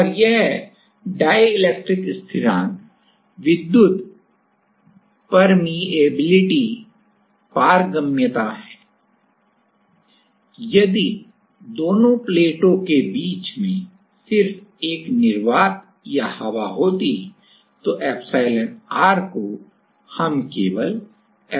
और यह डाईइलेक्ट्रिक स्थिरांक विद्युत परमीबिलिटी पारगम्यता है यदि दोनों प्लेट के बीच में सिर्फ एक निर्वात या हवा होती तो एप्सिलॉनr को हम केवल एप्सिलॉन0 लिखते